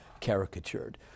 caricatured